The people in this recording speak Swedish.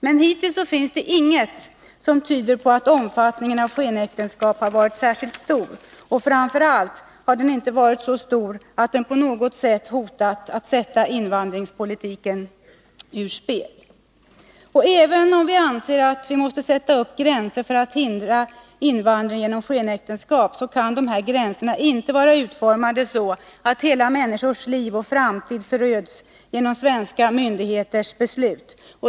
Men hittills finns det inget som tyder på att omfattningen när det gäller skenäktenskap har varit särskilt stor, och framför allt har den inte varit så stor att den på något sätt hotat att sätta invandringspolitiken ur spel. Även om vi anser att vi måste dra upp gränser för att hindra invandring genom skenäktenskap, kan dessa gränser inte vara utformade så att människors liv för all framtid föröds genom svenska myndigheters beslut.